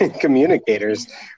communicators